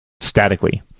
statically